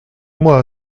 moi